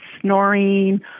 snoring